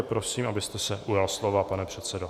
Prosím, abyste se ujal slova, pane předsedo.